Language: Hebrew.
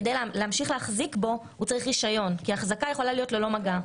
כדי להמשיך להחזיק בו הוא צריך רישיון כי אחזקה יכולה להיות ללא מגע.